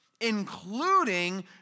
including